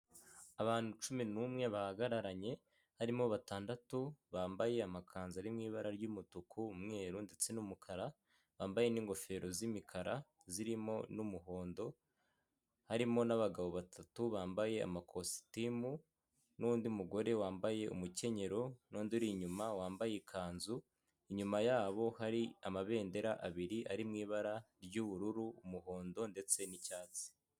Abantu cumi n'umwe bahagararanye harimo batandatu bambaye amakanzu ari mu ibara ry'umutuku, umwe, ndetse n'umukara wambaye n'ingofero z'imikara zirimo n'umuhondo harimo n'abagabo batatu bambaye amakositimu n'undi mugore wambaye umukenyero, n'undi uri inyuma wambaye ikanzu, inyuma yabo hari amabendera abiri ari mu ibara ry'ubururu, umuhondo, ndetse n'icyatsi.